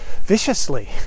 viciously